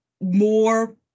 more